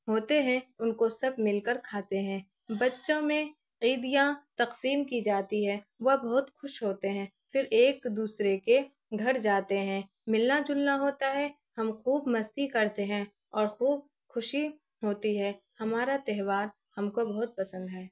ہوتے ہیں ان کو سب مل کر کھاتے ہیں بچوں میں عیدیاں تقسیم کی جاتی ہے وہ بہت خوش ہوتے ہیں پھر ایک دوسرے کے گھر جاتے ہیں ملنا جلنا ہوتا ہے ہم خوب مستی کرتے ہیں اور خوب خوشی ہوتی ہے ہمارا تہوار ہم کو بہت پسند ہے